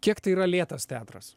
kiek tai yra lėtas teatras